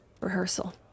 rehearsal